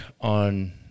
on